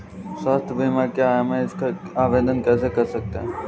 स्वास्थ्य बीमा क्या है हम इसका आवेदन कैसे कर सकते हैं?